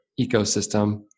ecosystem